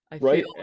Right